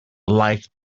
like